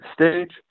stage